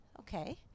Okay